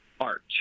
art